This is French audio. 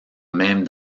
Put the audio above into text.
même